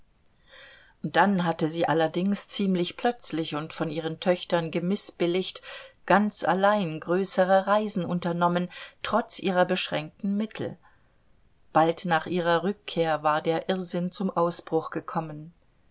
dann hatte sie allerdings ziemlich plötzlich und von ihren töchtern gemißbilligt ganz allein größere reisen unternommen trotz ihrer beschränkten mittel bald nach ihrer rückkehr war der irrsinn zum ausbruch gekommen